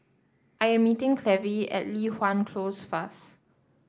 I am meeting Clevie at Li Hwan Close first